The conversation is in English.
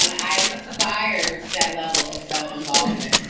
i byatt's that level of self involvement.